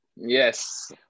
Yes